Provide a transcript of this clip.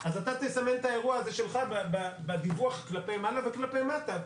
אז אתה תסמן את האירוע הזה שלך בדיווח כלפי מעלה וכלפי מטה,